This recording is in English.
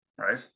right